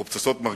או פצצות מרגמה.